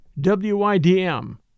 W-I-D-M